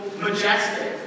majestic